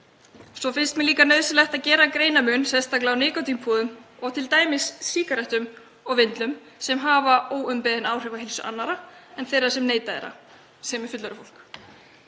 Svo finnst mér líka nauðsynlegt að gera greinarmun sérstaklega á nikótínpúðum og t.d. sígarettum og vindlum sem hafa óumbeðin áhrif á heilsu annarra en þeirra sem neyta þeirra, sem er fullorðið fólk.